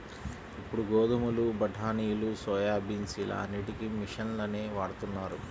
ఇప్పుడు గోధుమలు, బఠానీలు, సోయాబీన్స్ ఇలా అన్నిటికీ మిషన్లనే వాడుతున్నారు